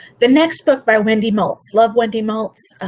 the next book by wendy malz, love wendy malz. ah